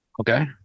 Okay